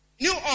New